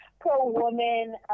pro-woman